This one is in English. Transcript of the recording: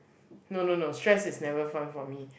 no no no stress is never fun for me